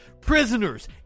prisoners